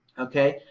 ok,